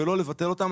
ולא לבטל אותם.